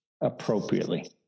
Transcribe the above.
appropriately